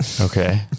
Okay